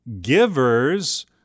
givers